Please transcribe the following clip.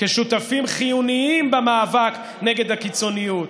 כשותפים חיוניים במאבק נגד הקיצוניות